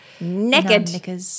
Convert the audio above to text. naked